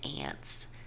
ants